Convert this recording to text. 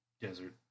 desert